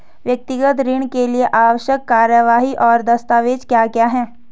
व्यक्तिगत ऋण के लिए आवश्यक कार्यवाही और दस्तावेज़ क्या क्या हैं?